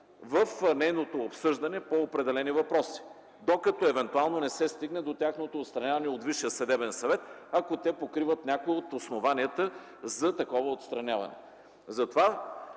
в нейното обсъждане по определени въпроси, докато евентуално не се стигне до тяхното отстраняване от Висшия съдебен съвет, ако те покриват някои от основанията за такова отстраняване.